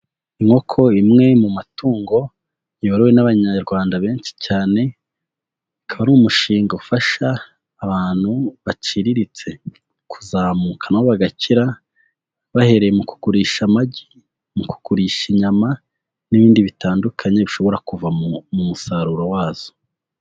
Inkoko imwe mu matungo yorowe n'abanyarwanda benshi cyane, akaba ari umushinga ufasha abantu baciriritse kuzamuka na bo bagakira bahereye mu kugurisha amagi, mu kugurisha inyama n'ibindi bitandukanye bishobora kuva mu musaruro wazo.